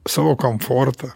savo komfortą